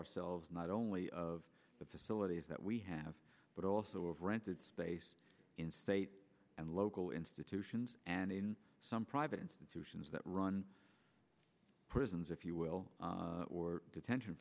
cells not only of the facilities that we have but also of rented space in state and local institutions and in some private institutions that run prisons if you will or detention